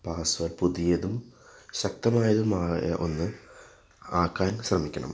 password പുതിയതും ശക്തമായതുമായ ഒന്ന് ആക്കാൻ ശ്രമിക്കണം